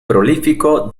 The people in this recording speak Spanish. prolífico